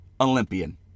Olympian